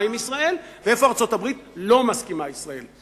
עם ישראל ואיפה ארצות-הברית לא מסכימה עם ישראל.